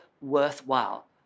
worthwhile